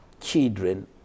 children